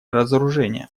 разоружение